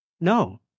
No